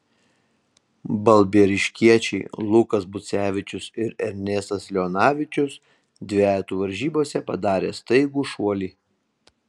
balbieriškiečiai lukas bucevičius ir ernestas leonavičius dvejetų varžybose padarė staigų šuolį